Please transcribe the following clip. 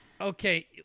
Okay